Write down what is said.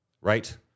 right